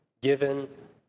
given